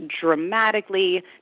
dramatically